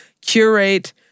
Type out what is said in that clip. curate